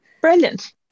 brilliant